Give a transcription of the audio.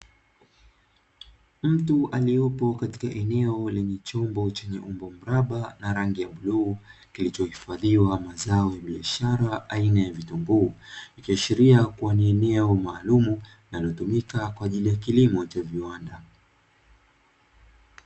Mtu aliopo katika eneo lenye chombo chenye umbo mraba na rangi ya bluu, kilichohifadhiwa mazao ya biashara aina ya vitunguu, ikiashiria kuwa ni eneo maalum linalotumika kwa ajili ya kilimo cha viwanda.